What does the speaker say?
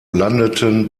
landeten